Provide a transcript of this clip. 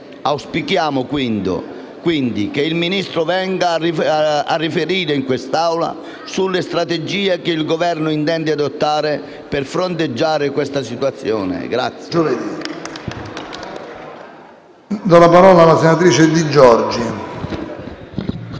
Auspichiamo, quindi, che il Ministro venga a riferire in quest'Assemblea sulle strategie che il Governo intende adottare per fronteggiare questa situazione.